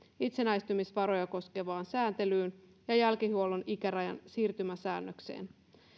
itsenäistymisvaroja koskevaan sääntelyyn ja jälkihuollon ikärajan siirtymäsäännökseen